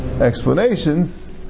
explanations